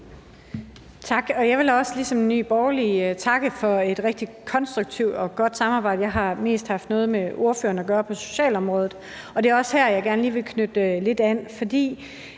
Tak. Jeg vil også ligesom Nye Borgerlige takke for et rigtig konstruktivt og godt samarbejde. Jeg har mest haft noget med ordføreren at gøre på socialområdet, og det er også det, jeg gerne lige vil knytte lidt an til.